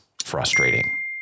frustrating